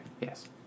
yes